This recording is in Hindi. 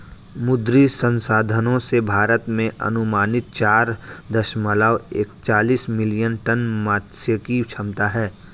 मुद्री संसाधनों से, भारत में अनुमानित चार दशमलव एकतालिश मिलियन टन मात्स्यिकी क्षमता है